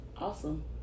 awesome